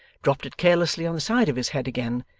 dropped it carelessly on the side of his head again,